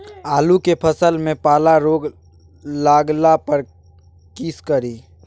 आलू के फसल मे पाला रोग लागला पर कीशकरि?